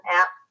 app